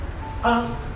Ask